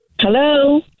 Hello